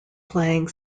playing